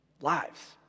lives